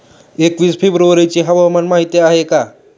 एकवीस फेब्रुवारीची हवामान माहिती आहे का?